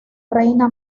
reina